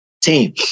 team